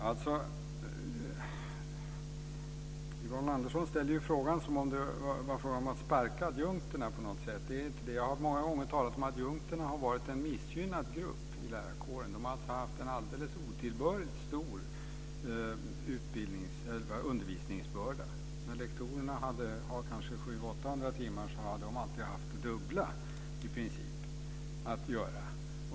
Fru talman! Yvonne Andersson ställer frågan som om det var frågan om att sparka adjunkterna. Det är det inte. Jag har många gånger talat om att adjunkterna har varit en missgynnad grupp i lärarkåren. De har haft en alldeles otillbörligt stor undervisningsbörda. När lektorerna har haft 700-800 timmar har de kanske haft det dubbla.